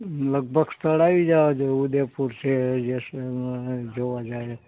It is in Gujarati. લગભગ સ્થળ આવી જવા જોઇએ ઉદયપુર છે જેસલમેર અ જોવાલાયક